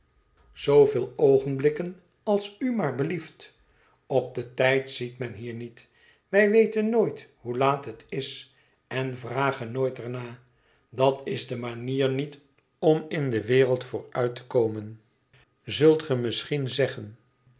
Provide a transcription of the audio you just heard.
zooveel oogenblikken als u maar belieft op den tijd ziet men hier niet wij weten nooit hoe laat het is en vragen nooit daarnaar dat is de manier niet om in de wereld vooruit te komen zult ge misschien zeggen